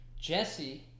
Jesse